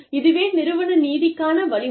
இதுவே நிறுவன நீதிக்கான வழிமுறை